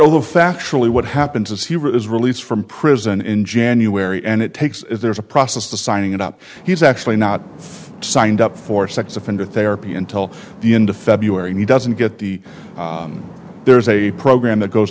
over factually what happens is he was released from prison in january and it takes is there's a process to signing it up he's actually not signed up for sex offender therapy until the end of february he doesn't get the there's a program that goes